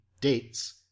dates